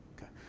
Okay